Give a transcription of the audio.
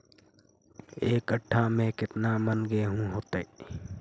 एक कट्ठा में केतना मन गेहूं होतै?